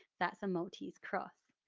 that's a maltese cross.